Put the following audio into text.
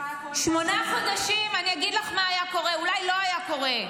שמונה חודשים, מעניין מה היה קורה,